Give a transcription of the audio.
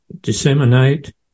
disseminate